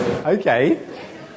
Okay